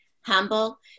humble